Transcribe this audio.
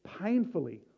painfully